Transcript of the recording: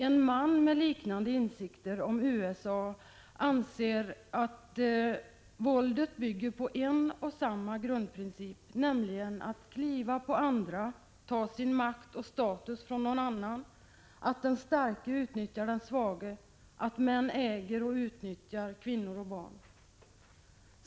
En man med liknande insikter om USA anser att våldet bygger på en och samma grundprincip. Det gäller nämligen att kliva på andra, att skaffa sig makt och status genom att ta från någon annan, att den som är stark utnyttjar den som är svag och att män äger och utnyttjar kvinnor och barn.